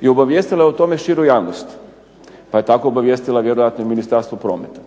i obavijestila o tome širu javnost pa je tako obavijestila vjerojatno i Ministarstvo prometa.